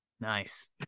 Nice